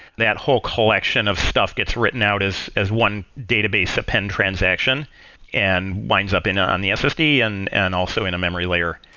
that whole collection of stuff gets written out as as one database append transaction and winds up ah on the ssd and and also in a memory layer,